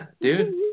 dude